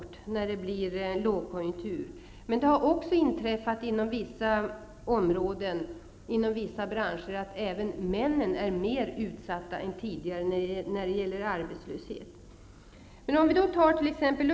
När det blir en lågkonjunktur har kvinnor och ungdomar det svårt. Inom vissa branscher har det emellertid inträffat att även männen är mer utsatta än tidigare när det gäller arbetslöshet.